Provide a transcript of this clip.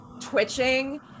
twitching